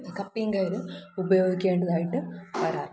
കപ്പിയും കയറും ഉപയോഗിക്കേണ്ടാതായിട്ട് വരാറുണ്ട്